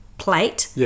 Plate